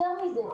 יותר מזה,